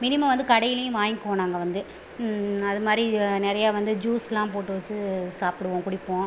minimum வந்து கடையிலையும் வாங்கிக்குவோம் நாங்கள் வந்து அதுமாதிரி நிறையா வந்து ஜூஸ்லாம் போட்டு வச்சு சாப்பிடுவோம் குடிப்போம்